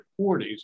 40s